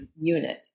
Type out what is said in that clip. unit